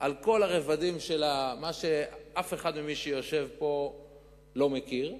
על כל הרבדים שלה, מה שאף אחד שיושב פה לא מכיר,